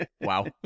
wow